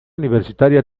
universitaria